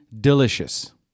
delicious